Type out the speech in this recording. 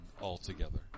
altogether